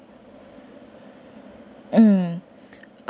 uh